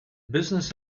business